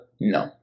No